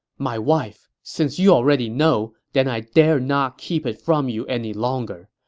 my wife, since you already know, then i dare not keep it from you any longer.